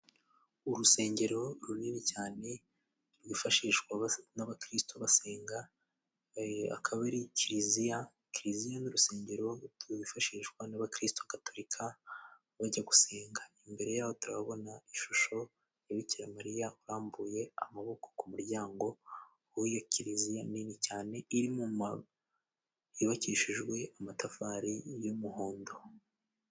Urusengero runini cyane rwifashishwa n'abakristu basenga, akaba ari kiliziya, kiliziya ni urusengero rwifashishwa n'abakristu gatolika bajya gusenga. Imbere yaho turahabona ishusho ya Bikira Mariya urambuye amaboko ku muryango w'iyo kiliziya nini cyane, iri mu ma yubakishijwe amatafari y'umuhondo.